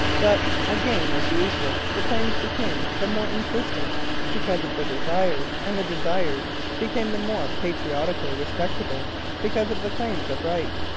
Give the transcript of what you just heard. but, again as usual, the claims became the more insistent because of the desires, and the desires became the more patriotically respectable because of the claims of right.